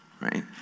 Right